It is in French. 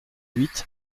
huit